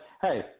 hey